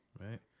Right